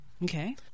Okay